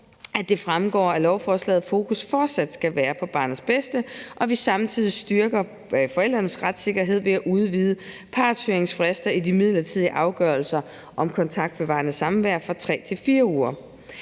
at det fremgår af lovforslaget, at fokus fortsat skal være på barnets bedste, og at vi samtidig styrker forældrenes retssikkerhed ved at udvide partshøringsfrister i de midlertidige afgørelser om kontaktbevarende samvær fra 3 til 4 uger.